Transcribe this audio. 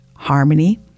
Harmony